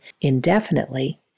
indefinitely